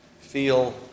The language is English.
feel